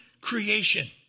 creation